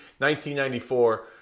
1994